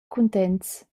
cuntents